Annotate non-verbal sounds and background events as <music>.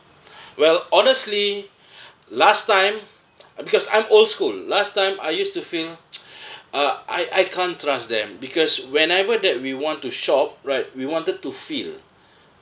<breath> well honestly <breath> last time because I'm old school last time I used to feel <noise> uh I I can't trust them because whenever that we want to shop right we wanted to feel